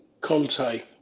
Conte